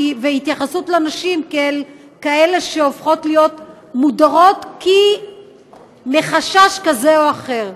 פחות התייחסות לנשים כאל כאלה שהופכות להיות מודרות מחשש כזה או אחר.